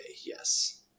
yes